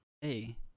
Hey